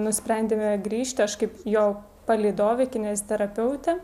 nusprendėme grįžti aš kaip jo palydovė kineziterapeutė